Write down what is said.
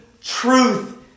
truth